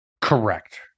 Correct